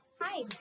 hi